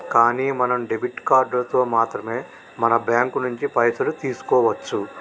కానీ మనం డెబిట్ కార్డులతో మాత్రమే మన బ్యాంకు నుంచి పైసలు తీసుకోవచ్చు